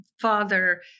father